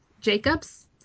Jacobs